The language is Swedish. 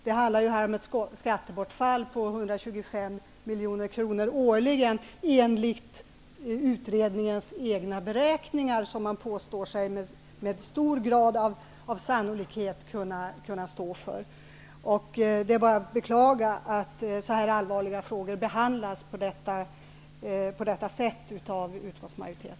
Det handlar om ett skattebortfall på 125 miljoner kronor årligen, enligt utredningens egna beräkningar, som man påstår har en hög grad av sannolikhet. Det är bara att beklaga att utskottsmajoriteten behandlar så här allvarliga frågor på detta sätt.